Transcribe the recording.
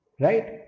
right